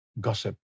gossip